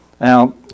Now